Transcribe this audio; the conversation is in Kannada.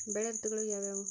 ಬೆಳೆ ಋತುಗಳು ಯಾವ್ಯಾವು?